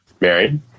Married